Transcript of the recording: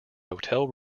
hotel